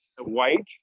white